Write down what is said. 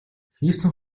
хийсэн